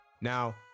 Now